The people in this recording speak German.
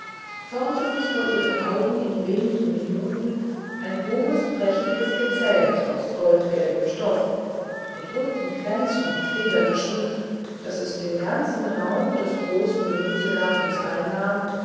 formte sich vor ihren augen in wenigen minuten ein hohes prächtiges gezelt aus goldgelbem stoff mit bunten kränzen und federn geschmückt das den ganzen raum des großen gemüsegartens einnahm